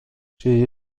she